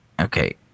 Okay